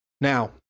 Now